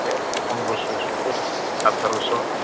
बे फनद्रस'सोफोर आथार'स'